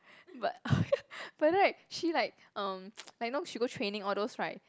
but but right she like um like know she go training all those right